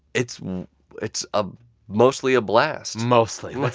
it's it's ah mostly a blast mostly. like